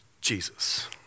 Jesus